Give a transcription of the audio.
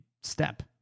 step